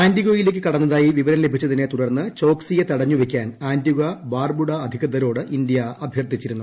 ആന്റിഗ്വയിലേക്കു കടന്നതായി വിവരം ലഭിച്ചതിനെ തുടർന്ന് ചോക്സിയെ തടഞ്ഞുവയ്ക്കാൻ ആന്റിഗ്വ ബാർബുഡ അധികൃതരോട് ഇന്ത്യ അഭ്യർത്ഥിച്ചിരുന്നു